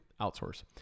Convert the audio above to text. outsource